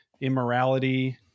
immorality